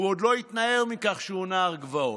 הוא עוד לא התנער מכך שהוא נער גבעות.